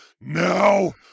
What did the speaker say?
Now